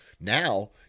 now